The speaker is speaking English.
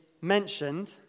mentioned